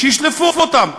שישלפו אותם,